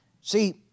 See